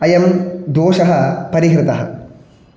अयं दोषः परिहृतः